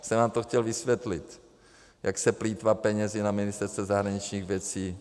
Jsem vám to chtěl vysvětlit, jak se plýtvá penězi na Ministerstvu zahraničních věcí.